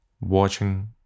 watching